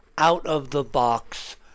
out-of-the-box